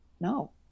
no